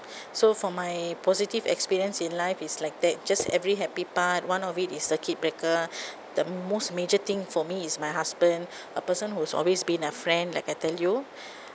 so for my positive experience in life is like that just every happy part one of it is circuit breaker the most major thing for me is my husband a person who's always been a friend like I tell you